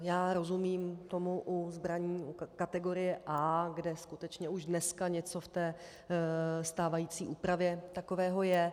Já rozumím tomu u zbraní kategorie A, kde skutečně už dneska něco v té stávající úpravě takového je.